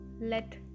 let